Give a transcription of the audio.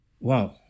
Wow